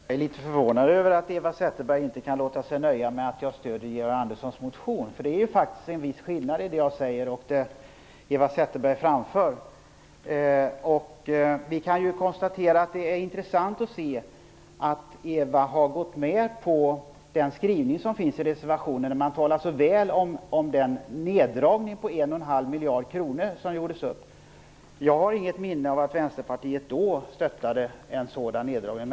Fru talman! Jag är litet förvånad över att Eva Zetterberg inte kan låta sig nöjas med att jag stöder Georg Anderssons motion, för det är ju faktiskt en viss skillnad mellan det som jag säger och det som Eva Det är intressant att se att Eva Zetterberg har gått med på den skrivning som finns i reservationen, där det talas så väl om den neddragning på 1,5 miljarder kronor som gjorts upp. Jag har inget minne av att Vänsterpartiet då stödde en sådan neddragning.